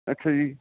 ਅੱਛਾ ਜੀ